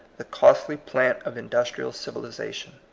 the costly plant of industrial civilization.